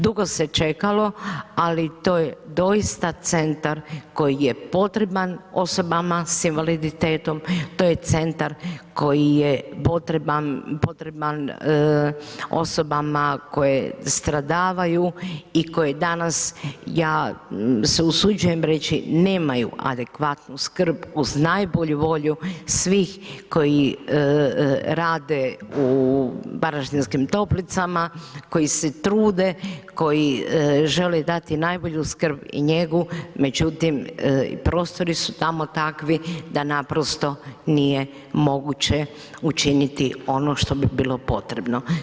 Dugo se čekalo, ali to je doista centar koji je potreban osobama s invaliditetom, to je centar koji je potreban osobama koje stradavaju i koje danas, ja se usuđujem reći, nemaju adekvatnu skrb uz najbolju volju, svih koji rade u Varaždinskim toplicama, koje se trude, koji želi dati najbolju skrb i njegu, međutim, prostori su tamo takvi da naprosto nije moguće učiniti ono što bi bilo potrebno.